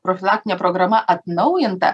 profilaktinė programa atnaujinta